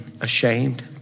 ashamed